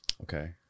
Okay